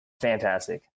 fantastic